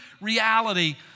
reality